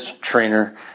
Trainer